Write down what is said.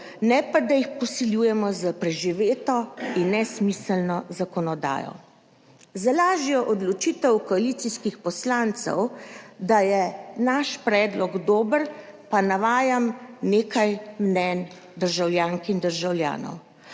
ne pa da jih posiljujemo s preživeto in nesmiselno zakonodajo. Za lažjo odločitev koalicijskih poslancev, da je naš predlog dober pa navajam nekaj mnenj državljank in državljanov.